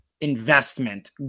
investment